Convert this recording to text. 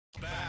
Back